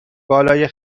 بالای